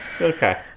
Okay